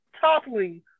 toppling